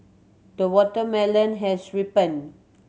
the watermelon has ripened